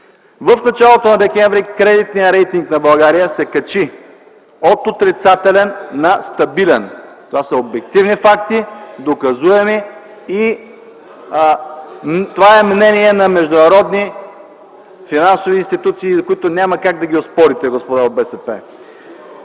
В началото на м. декември кредитният рейтинг на България се качи от отрицателен на стабилен. Това са обективни факти, доказуеми (това е мнение на международни финансови институции), които няма как да оспорите, господа от БСП.